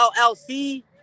LLC